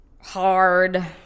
hard